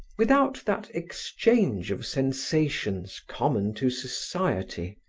without that exchange of sensations common to society,